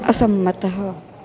असंमतः